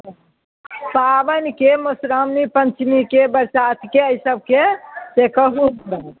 साओनके मधुश्राओणी पञ्चमीके बरसातिके एहि सभके से कहूँ